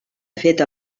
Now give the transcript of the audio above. fet